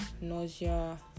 nausea